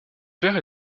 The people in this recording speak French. père